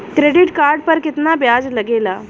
Credit card पर कितना ब्याज लगेला?